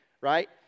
right